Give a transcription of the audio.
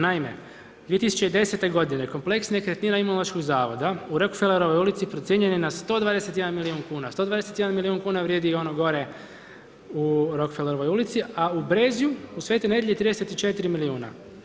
Naime 2010. godine kompleks nekretnina Imunološkog zavoda u Rockfellerovoj ulici procijenjen je na 121 milijun kuna, 121 milijun kuna vrijedi ono gore u Rockfellerovoj ulici, a u Brezju, u Sv. Nedelji 34 milijuna.